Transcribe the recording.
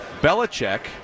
Belichick